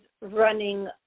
running